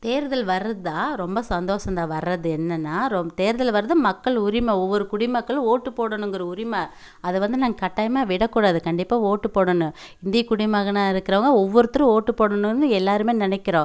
தேர்தல் வருதா ரொம்ப சந்தோஷந்தான் வர்றது என்னென்னா ரொம்ப தேர்தல் வர்றது மக்கள் உரிமை ஒவ்வொரு குடிமக்கள் ஓட்டு போடணுங்கிற உரிமை அதை வந்து நாங்கள் கட்டாயமாக விடக்கூடாது கண்டிப்பாக ஓட்டு போடணும் இந்திய குடிமகனாக இருக்கிறவங்க ஒவ்வொருத்தரும் ஓட்டு போடணும்னு எல்லாருமே நினைக்கிறோம்